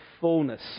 fullness